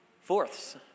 fourths